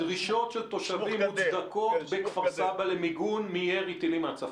ודרישות של תושבים מוצדקות בכפר סבא למיגון מירי מהצפון.